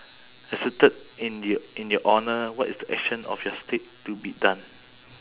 erected in your in your honour what is the action of your statue to be done